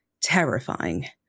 terrifying